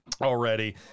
already